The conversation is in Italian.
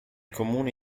comune